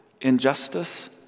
injustice